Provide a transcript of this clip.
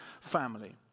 family